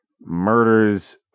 murders